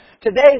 Today